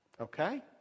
Okay